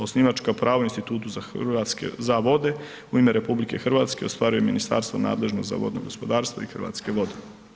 Osnivačka prava u institutu za vode u ime RH ostvaruje ministarstvo nadležno za vodno gospodarstvo i Hrvatske vode.